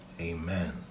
Amen